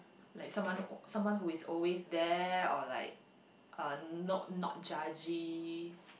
like someone someone who is always there or like uh no not judgy